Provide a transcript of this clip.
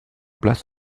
place